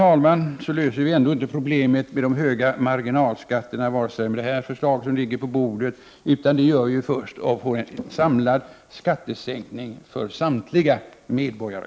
Varaktigt löser vi ändå inte problemet med de höga marginalskatterna med det förslag som nu ligger på bordet. Det gör vi först när vi får en samlad skattesänkning för samtliga medborgare.